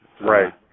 right